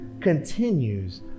continues